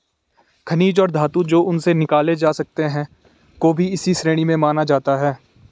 खनिज और धातु जो उनसे निकाले जा सकते हैं को भी इसी श्रेणी में माना जाता है